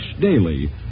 daily